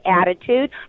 attitude